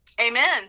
amen